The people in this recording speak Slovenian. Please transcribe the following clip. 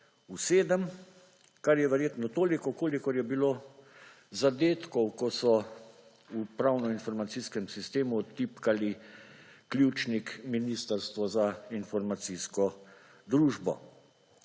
v sedem, kar je verjetno toliko kolikor je bilo zadetkov, ko so v pravno informacijskem sistemu tipkali ključnik Ministrstvo za informacijsko družbo.